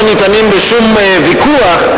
לא ניתנים לשום ויכוח,